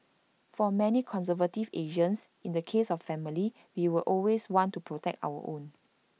for many conservative Asians in the case of family we will always want to protect our own